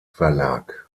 verlag